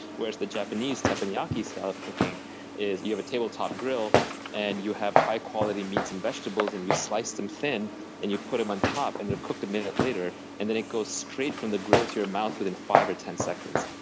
whereas the japanese teppanyaki style of cooking is you have a tabletop grill and you have high quality meats and vegetables. you slice them thin and you put them on top, and they're cooked a minute later. then it goes straight from the grill to your mouth within five or ten seconds.